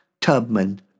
Tubman